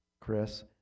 Chris